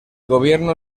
gobierno